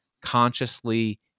consciously